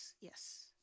yes